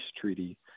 treaty